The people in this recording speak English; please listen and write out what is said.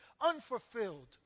unfulfilled